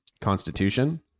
constitution